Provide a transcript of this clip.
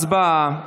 הצבעה.